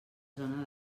zona